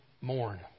mourn